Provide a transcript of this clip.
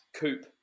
coupe